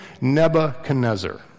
Nebuchadnezzar